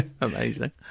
Amazing